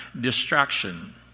distraction